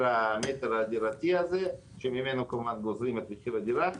המטר הדירתי שממנו גוזרים את מחיר הדירה.